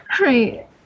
Right